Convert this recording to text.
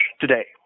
today